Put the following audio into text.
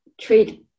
Trade